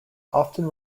often